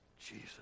Jesus